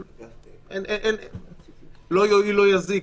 אבל לא יועיל לא יזיק.